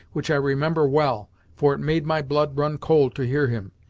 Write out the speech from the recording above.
which i remember well, for it made my blood run cold to hear him.